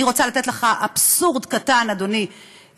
אני רוצה לתת לך אבסורד קטן, אדוני השר.